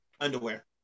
underwear